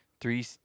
Three